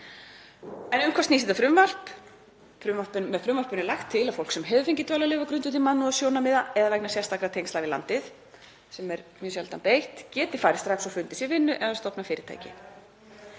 En um hvað snýst þetta frumvarp? Með því er lagt til að fólk sem hefur fengið dvalarleyfi á grundvelli mannúðarsjónarmiða eða vegna sérstakra tengsla við landið, sem er mjög sjaldan beitt, geti farið strax og fundið sér vinnu eða stofnað fyrirtæki.